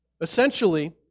Essentially